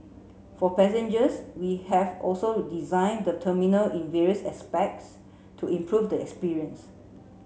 for passengers we have also design the terminal in various aspects to improve the experience